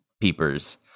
peepers